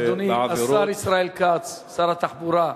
אדוני השר ישראל כץ, שר התחבורה,